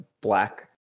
black